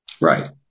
Right